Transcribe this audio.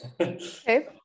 Okay